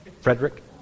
Frederick